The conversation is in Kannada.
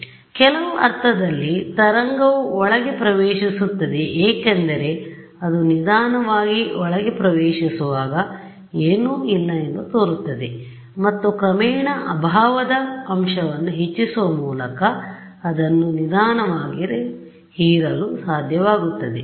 ಆದ್ದರಿಂದ ಕೆಲವು ಅರ್ಥದಲ್ಲಿ ತರಂಗವು ಒಳಗೆ ಪ್ರವೇಶಿಸುತ್ತದೆ ಏಕೆಂದರೆ ಅದು ನಿಧಾನವಾಗಿ ಒಳಗೆ ಪ್ರವೇಶಿಸುವಾಗ ಏನೂ ಇಲ್ಲ ಎಂದು ತೋರುತ್ತದೆ ಮತ್ತು ಕ್ರಮೇಣ ಅಭಾವದಅಂಶವನ್ನು ಹೆಚ್ಚಿಸುವ ಮೂಲಕ ಅದನ್ನು ನಿಧಾನವಾಗಿ ಹೀರಲು ಸಾಧ್ಯವಾಗುತ್ತದೆ